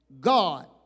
God